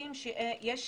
מראים שיש